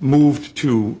moved to